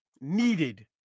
needed